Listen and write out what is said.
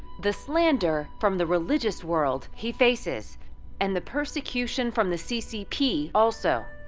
the slander from the religious world he faces and the persecution from the ccp also.